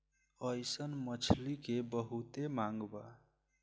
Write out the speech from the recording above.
अइसन मछली के बहुते मांग बा